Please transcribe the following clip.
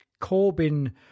Corbyn